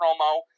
promo